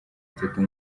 atatu